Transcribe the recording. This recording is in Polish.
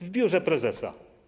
W biurze prezesa.